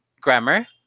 grammar